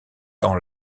dans